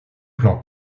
plan